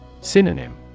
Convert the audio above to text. Synonym